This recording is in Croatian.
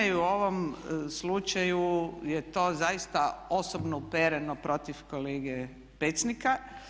I u ovom slučaju je to zaista osobno upereno protiv kolege Pecnika.